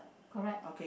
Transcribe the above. correct